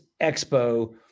Expo